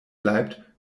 bleibt